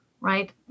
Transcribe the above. right